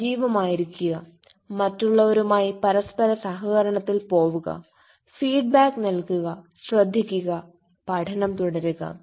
സജീവമായിരിക്കുക മറ്റുള്ളവരുമായി പരസ്പര സഹകരണത്തിൽ പോവുക ഫീഡ്ബാക്ക് നൽകുക ശ്രദ്ധിക്കുക പഠനം തുടരുക